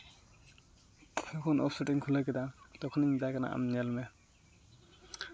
ᱡᱚᱠᱷᱚᱱ ᱚᱭᱮᱵᱽᱼᱥᱟᱭᱤᱴᱤᱧ ᱠᱷᱩᱞᱟᱹᱣ ᱠᱮᱫᱟ ᱛᱚᱠᱷᱚᱱ ᱢᱮᱛᱟᱭ ᱠᱟᱱᱟ ᱟᱢ ᱧᱮᱞ ᱢᱮ